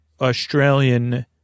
Australian